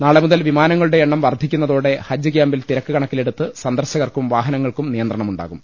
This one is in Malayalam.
നാളെ മുതൽ വിമാനങ്ങളുടെ എണ്ണം വർദ്ധിക്കുന്നതോടെ ഹജ്ജ് ക്യാമ്പിൽ തിരക്ക് കണക്കിലെടുത്ത് സന്ദർശകർക്കും വാഹനങ്ങൾക്കും നിയന്ത്രണമുണ്ടാകും